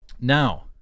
Now